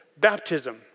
baptism